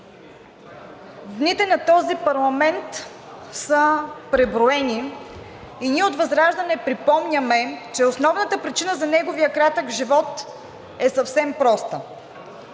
Дните на този парламент са преброени и ние от ВЪЗРАЖДАНЕ припомняме, че основната причина за неговия кратък живот е съвсем проста